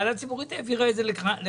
הוועדה הציבורית העבירה את זה לכאן.